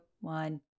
one